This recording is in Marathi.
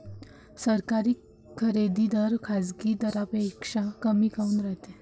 सरकारी खरेदी दर खाजगी दरापेक्षा कमी काऊन रायते?